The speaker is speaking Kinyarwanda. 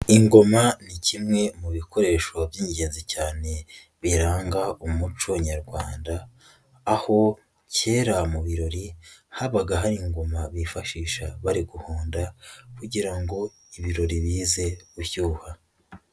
Ingoma ni kimwe mu bikoresho by'ingenzi cyane biranga umuco nyarwanda aho kera mu birori habaga hari ingoma bifashisha bari guhonda kugira ngo ibirori bize gushyuha.